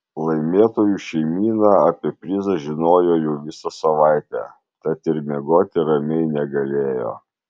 laimėtojų šeimyna apie prizą žinojo jau visą savaitę tad ir miegoti ramiai negalėjo